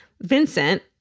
Vincent